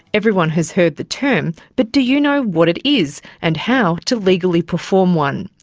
everyone has heard the term, but do you know what it is and how to legally perform one?